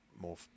more